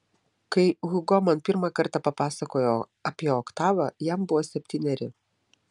kai hugo man pirmą kartą papasakojo apie oktavą jam buvo septyneri